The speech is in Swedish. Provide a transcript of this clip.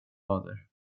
fader